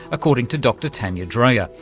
according to dr tanja dreher,